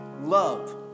Love